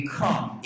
come